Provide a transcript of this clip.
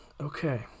Okay